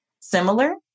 similar